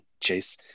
Chase